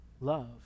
love